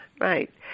Right